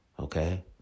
Okay